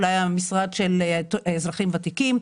אולי המשרד של אזרחים ותיקים.